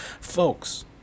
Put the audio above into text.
Folks